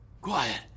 Quiet